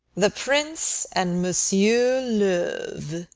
the prince and monsieur love!